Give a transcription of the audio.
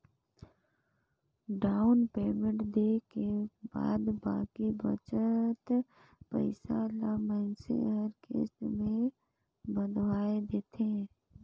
down payment देय के बाद बाकी बचत पइसा ल मइनसे हर किस्त में बंधवाए देथे